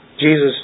Jesus